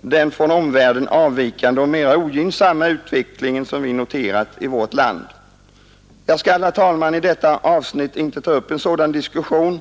den från omvärlden avvikande och mera ogynnsamma utveckling som vi iakttagit i vårt land. Jag skall, herr talman, i detta avsnitt inte ta upp en sådan diskussion.